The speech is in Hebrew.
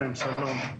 שלום.